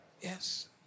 Yes